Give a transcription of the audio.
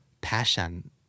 passion